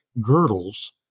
girdles